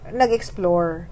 nag-explore